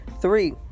three